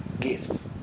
gifts